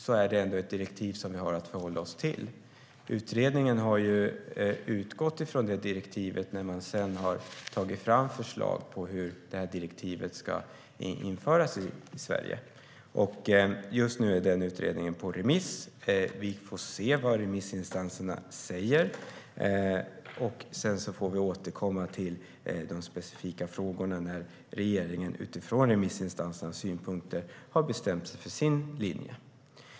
Det är ändå ett direktiv vi har att förhålla oss till. Utredningen har utgått från det direktivet när den sedan har tagit fram förslag på hur direktivet ska införas i Sverige. Just nu är utredningen på remiss, och vi får se vad remissinstanserna säger. Sedan får vi återkomma till de specifika frågorna när regeringen utifrån remissinstansernas synpunkter har bestämt sig för sin linje.